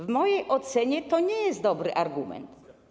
W mojej ocenie to nie jest dobry argument.